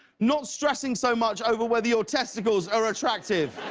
not stressing so much over whether your testicles are attractive.